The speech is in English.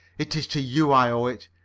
it is to you i owe it.